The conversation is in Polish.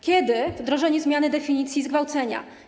Kiedy wdrożenie zmiany definicji zgwałcenia?